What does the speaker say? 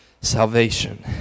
salvation